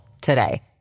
today